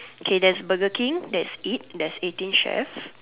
okay there's Burger King there's eat there's eighteen chefs